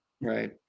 Right